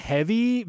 Heavy